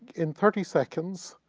in thirty seconds